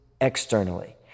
externally